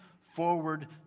forward